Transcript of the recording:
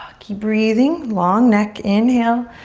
ah keep breathing. long neck, inhale.